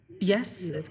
Yes